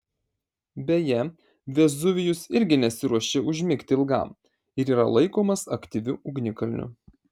beje vezuvijus irgi nesiruošia užmigti ilgam ir yra laikomas aktyviu ugnikalniu